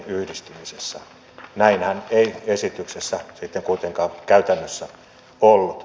näinhän ei esityksessä sitten kuitenkaan käytännössä ollut